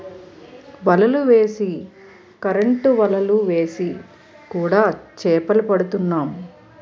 వలలు వేసి కరెంటు వలలు వేసి కూడా చేపలు పడుతున్నాం